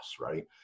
right